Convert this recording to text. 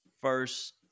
first